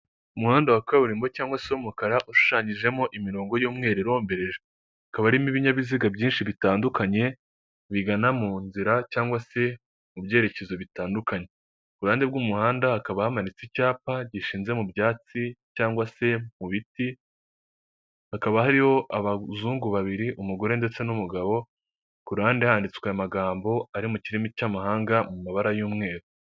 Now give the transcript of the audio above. Umuhanda wa kaburimbo cyangwa se w'umukara ushushanyijemo imirongo y'umweru irombereje, hakaba harimo ibinyabiziga byinshi bitandukanye bigana mu nzira cyangwa se mu byerekezo bitandukanye, ku ruhande rw'umuhanda hakaba hamanitse icyapa gishinze mu byatsi cyangwa se mu biti hakaba hariho abazungu babiri umugore ndetse n'umugabo, ku ruhande handitswe amagambo ari mu kirimi cy'amahanga mu mabara y'umweru.